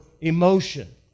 emotion